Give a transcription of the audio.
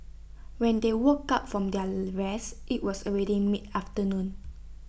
when they woke up from their rest IT was already mid afternoon